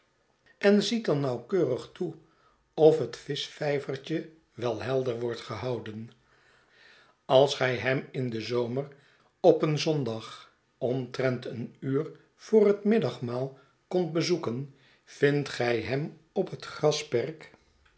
en ziet dan nauwkeurig toe of het vischvijvertje wel helder wordt gehouden als gij hem in den zomer op een zondag omtrent een uur voor het middagmaal komt bezoeken vindt gij hem op het grasperk